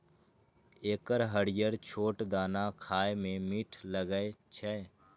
एकर हरियर छोट दाना खाए मे मीठ लागै छै